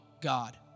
God